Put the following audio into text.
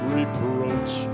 reproach